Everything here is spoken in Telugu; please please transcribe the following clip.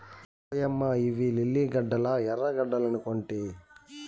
ఓయమ్మ ఇయ్యి లిల్లీ గడ్డలా ఎర్రగడ్డలనుకొంటి